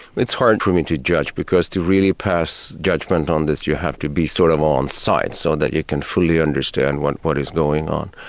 it's hard for me to judge, because to really pass judgment on this, you have to be sort of on site so that you can fully understand understand what is going on.